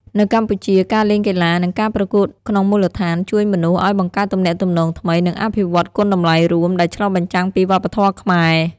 នៅកម្ពុជា ការលេងកីឡា និងការប្រកួតក្នុងមូលដ្ឋានជួយមនុស្សឲ្យបង្កើតទំនាក់ទំនងថ្មី និងអភិវឌ្ឍគុណតម្លៃរួម ដែលឆ្លុះបញ្ចាំងពីវប្បធម៌ខ្មែរ។